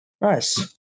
Nice